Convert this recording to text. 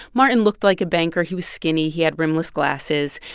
martin looked like a banker. he was skinny. he had rimless glasses.